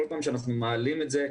כל פעם שאנחנו מעלים את זה,